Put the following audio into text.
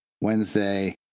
Wednesday